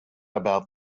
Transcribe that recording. about